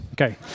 Okay